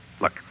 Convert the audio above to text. Look